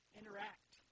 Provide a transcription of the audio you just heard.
interact